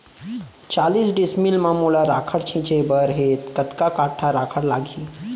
चालीस डिसमिल म मोला राखड़ छिंचे बर हे कतका काठा राखड़ लागही?